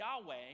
Yahweh